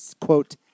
quote